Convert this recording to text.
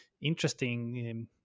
interesting